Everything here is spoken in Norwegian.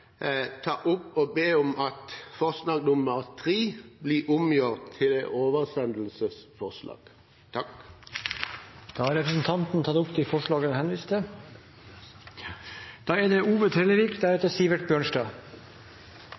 ta opp forslag nr. 2, som Arbeiderpartiet er med på. Og helt til slutt vil jeg be om at forslag nr. 3 blir omgjort til et oversendelsesforslag. Da har representanten Odd Omland tatt opp de forslag som han refererte til.